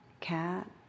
cat